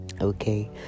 okay